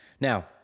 Now